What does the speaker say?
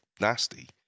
nasty